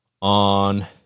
on